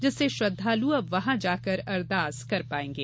जिससे श्रद्धालु अब वहां जाकर अरदास कर पायेंगे